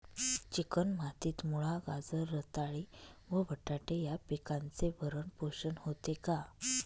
Chicken मातीत मुळा, गाजर, रताळी व बटाटे या पिकांचे भरण पोषण होते का?